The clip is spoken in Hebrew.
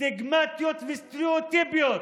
סטיגמטיות וסטראוטיפיות,